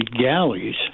galleys